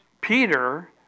Peter